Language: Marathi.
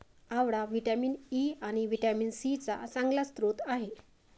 आवळा व्हिटॅमिन ई आणि व्हिटॅमिन सी चा चांगला स्रोत आहे